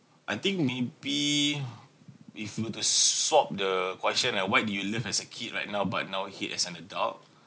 I think maybe if we were to swap the question like what do you love as a kid right now but now hate as an adult